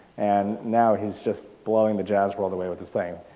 and now he's just blowing the jazz world away with his thing.